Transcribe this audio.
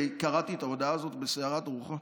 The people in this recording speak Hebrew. כי קראתי את ההודעה הזאת בסערת רוחות,